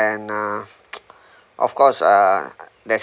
and uh of course uh there's